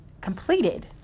completed